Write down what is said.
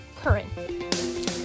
current